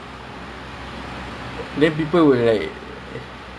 aku fly boy